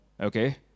Okay